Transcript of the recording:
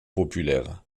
populaire